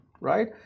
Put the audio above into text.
right